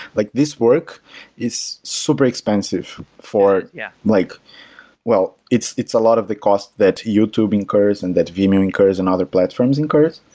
like this work is super expensive for yeah like well, it's it's a lot of the cost that youtube incurs and that vimeo incurs and other platforms incurs.